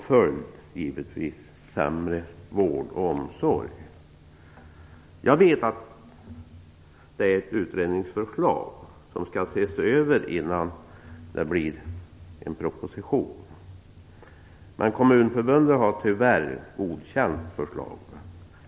Följden blir sämre vård och omsorg. Jag vet att ett utredningsförslag skall ses över innan det blir en proposition. Men Kommunförbundet har tyvärr godkänt förslaget.